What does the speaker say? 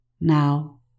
Now